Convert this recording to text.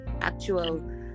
actual